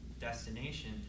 destination